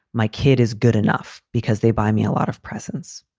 my kid is good enough because they buy me a lot of presence.